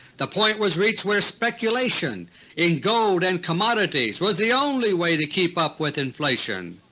the point was reached where speculation in gold and commodities was the only way to keep up with inflation.